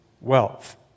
wealth